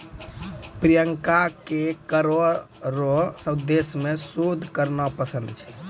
प्रियंका के करो रो उद्देश्य मे शोध करना पसंद छै